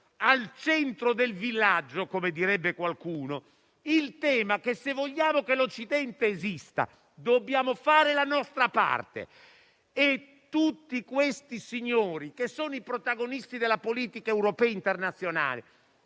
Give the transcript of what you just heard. al centro del villaggio - come direbbe qualcuno - il seguente tema: se vogliamo che l'Occidente esista, dobbiamo fare la nostra parte e tutti i signori protagonisti della politica europea internazionale